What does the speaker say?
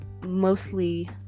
mostly